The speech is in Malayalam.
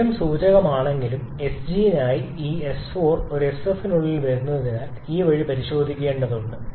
ഡയഗ്രം സൂചകമാണെങ്കിലും sg നായി ഈ s4 ഒരു sf നുള്ളിൽ വരുന്നതിനാൽ ഈ വഴി പരിശോധിക്കേണ്ടതുണ്ട്